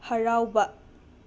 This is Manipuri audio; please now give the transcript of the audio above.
ꯍꯔꯥꯎꯕ